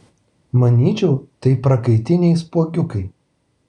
manyčiau tai prakaitiniai spuogiukai